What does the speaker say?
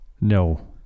No